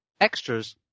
extras